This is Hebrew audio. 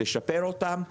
לשפר אותם.